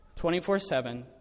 24-7